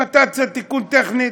אם אתה רוצה תיקון טכני,